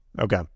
Okay